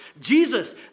Jesus